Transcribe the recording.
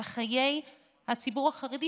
על חיי הציבור החרדי,